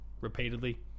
repeatedly